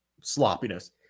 sloppiness